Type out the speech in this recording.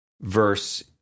verse